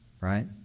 right